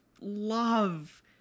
love